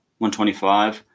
125